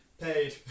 Paid